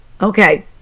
Okay